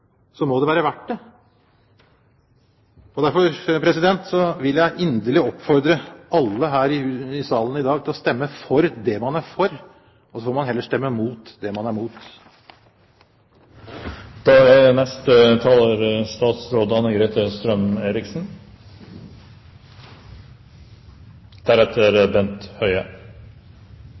så må det være verdt det. Derfor vil jeg inderlig oppfordre alle her i salen til å stemme for det man er for, så får man heller stemme mot det man er imot. I likhet med representantene Kjønaas Kjos, Olsen og Gåsvatn er